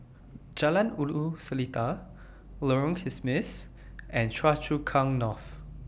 Jalan Ulu Seletar Lorong Kismis and Choa Chu Kang North